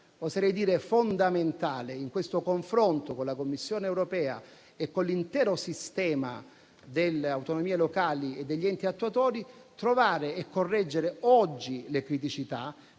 oserei dire fondamentale - in questo confronto con la Commissione europea e con l'intero sistema delle autonomie locali e degli enti attuatori, trovare e correggere oggi le criticità,